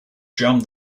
jammed